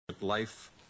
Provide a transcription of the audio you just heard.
life